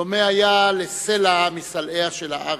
דומה היה לסלע מסלעיה של הארץ,